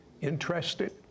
Interested